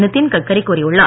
நிதின் கட்காரி கூறியுள்ளார்